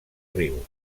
riu